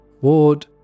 Ward